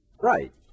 Right